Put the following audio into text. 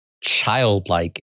childlike